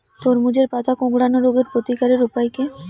তরমুজের পাতা কোঁকড়ানো রোগের প্রতিকারের উপায় কী?